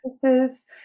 practices